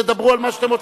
תדברו על מה שאתם רוצים.